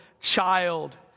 child